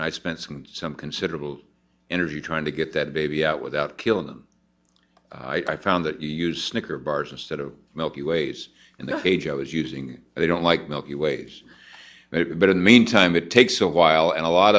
and i spent some considerable energy trying to get that baby out without killing them i found that you use snicker bars instead of milky ways and the cage i was using they don't like milky ways but in the meantime it takes a while and a lot